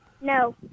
No